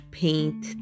paint